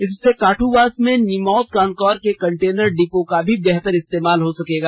इससे काठूवास में निमौत कॉनकोर के कन्टेनर डिपो का भी बेहतर इस्तोमाल हो सकेगा